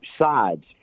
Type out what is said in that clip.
sides